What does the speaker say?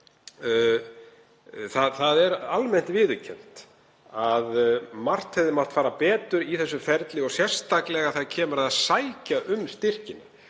Það er almennt viðurkennt að margt hefði mátt fara betur í þessu ferli og sérstaklega þegar kemur að því að sækja um styrkinn.